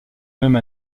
même